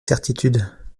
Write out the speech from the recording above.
certitude